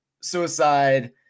suicide